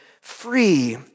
free